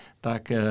tak